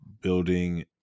building